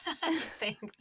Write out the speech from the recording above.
thanks